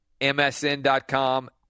MSN.com